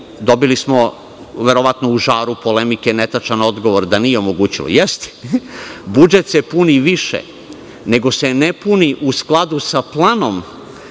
dobili smo, verovatno u žaru polemike, netačan odgovor da nije omogućilo. Jeste. Budžet se puni više nego se ne puni u skladu sa planom